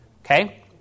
okay